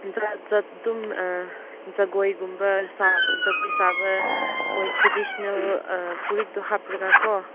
ꯖꯥꯠ ꯖꯥꯠ ꯑꯗꯨꯝ ꯖꯒꯣꯏꯒꯨꯝꯕ ꯖꯒꯣꯏ ꯁꯥꯕ ꯃꯣꯏ ꯇ꯭ꯔꯦꯗꯤꯁꯁꯟꯅꯦꯜ ꯐꯨꯔꯤꯠꯇꯣ ꯍꯥꯞꯂꯒꯀꯣ